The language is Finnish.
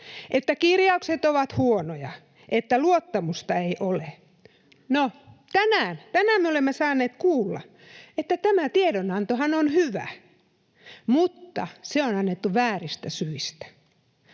että kirjaukset ovat huonoja, että luottamusta ei ole. [Perussuomalaisten ryhmästä: Juuri näin!] No tänään me olemme saaneet kuulla, että tämä tiedonantohan on hyvä, mutta se on annettu vääristä syistä.